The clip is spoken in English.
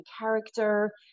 character